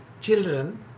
children